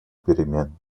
перемен